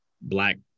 black